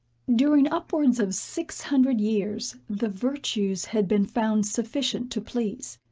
during upwards of six hundred years, the virtues had been found sufficient to please.